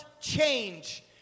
change